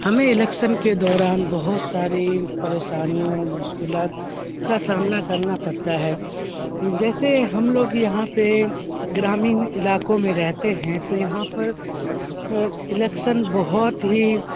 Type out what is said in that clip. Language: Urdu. ہمیں الیکسن کے دوران بہت ساری پریشانیوں مشکلات کا سامنا کرنا پڑتا ہے جیسے ہم لوگ یہاں پہ گرامین علاقوں میں رہتے ہیں تو یہاں پر الیکسن بہت ہی